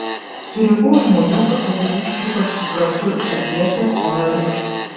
surinkau žmonių kad pasakyčiau kaip aš suprantu šią pjesę ko norėčiau